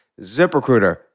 ZipRecruiter